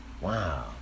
Wow